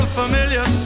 familiar